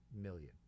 million